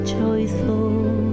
joyful